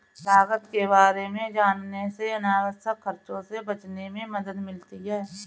लागत के बारे में जानने से अनावश्यक खर्चों से बचने में मदद मिलती है